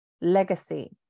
legacy